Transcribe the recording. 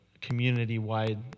community-wide